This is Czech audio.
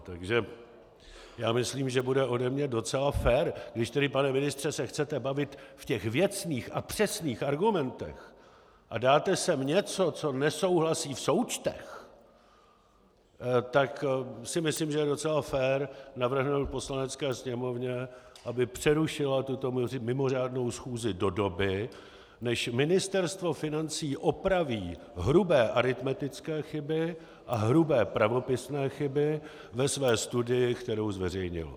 Takže já myslím, že bude ode mě docela fér, když tedy, pane ministře, se chcete bavit v těch věcných a přesných argumentech a dáte sem něco, co nesouhlasí v součtech, tak si myslím, že je docela fér navrhnout Poslanecké sněmovně, aby přerušila tuto mimořádnou schůzi do doby, než Ministerstvo financí opraví hrubé aritmetické chyby a hrubé pravopisné chyby ve své studii, kterou zveřejnilo.